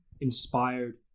inspired